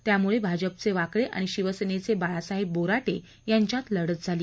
त्यामुळे भाजपचे वाकळे आणि शिवसेनेचे बाळासाहेब बोराटे यांच्यात लढत झाली